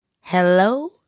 Hello